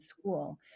school